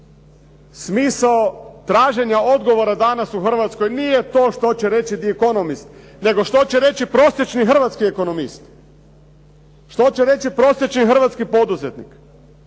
smisao traženja odgovora danas u Hrvatskoj nije to što će reći "The economist", nego što će reći prosječni hrvatski ekonomist, što će reći prosječni hrvatski poduzetnik,